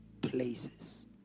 places